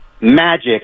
magic